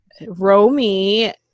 Romy